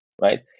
right